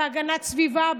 בהגנת סביבה,